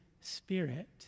spirit